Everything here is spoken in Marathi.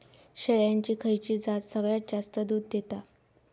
शेळ्यांची खयची जात सगळ्यात जास्त दूध देता?